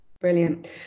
brilliant